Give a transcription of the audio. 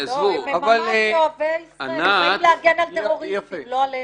לא, הם ממש באים להגן על טרוריסטים ולא עלינו.